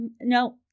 No